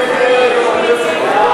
הצעת סיעת ש"ס